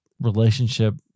relationship